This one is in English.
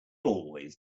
always